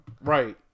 Right